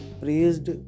praised